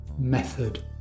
method